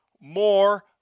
more